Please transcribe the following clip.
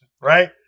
Right